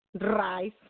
Rice